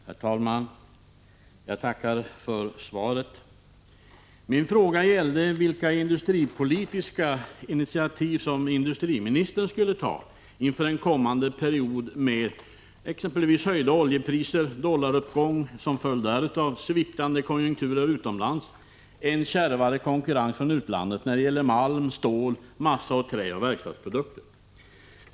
Herr talman! Jag tackar för svaret. Min fråga gällde vilka industripolitiska initiativ som industriministern skulle ta inför en kommande period med exempelvis höjda oljepriser, dollaruppgång och som följd därav sviktande konjunkturer utomlands, kärvare konkurrens från utlandet när det gäller malm, stål, massa, trä och verkstadsprodukter.